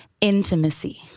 intimacy